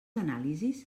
anàlisis